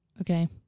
Okay